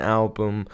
album